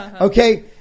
Okay